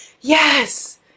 yes